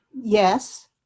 Yes